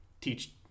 teach